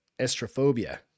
estrophobia